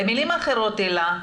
במלים אחרות הילה,